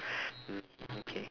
mm okay